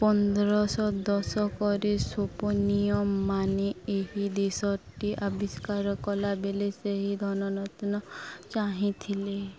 ପନ୍ଦରଶହ ଦଶକରେ ସପନୀୟମାନେ ଏହି ଦେଶଟି ଆବିଷ୍କାର କଲାବେଲେ ସେହି ଧନରତ୍ନ ଚାହିଁ ଥିଲେ